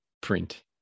print